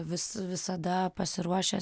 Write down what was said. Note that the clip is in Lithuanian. vis visada pasiruošęs